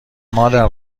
مادر